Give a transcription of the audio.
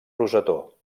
rosetó